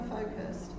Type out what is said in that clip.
focused